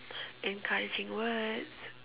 encouraging words